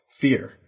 fear